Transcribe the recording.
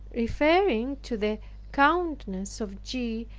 referring to the countess of g.